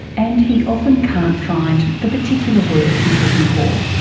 and he often can't find the particular word he's looking for.